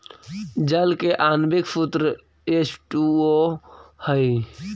जल के आण्विक सूत्र एच टू ओ हई